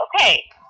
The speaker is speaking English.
okay